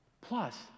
Plus